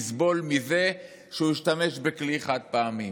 אם הוא יסבול מזה שהוא ישתמש בכלי חד-פעמי,